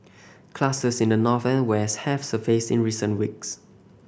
clusters in the north and west have surfaced in recent weeks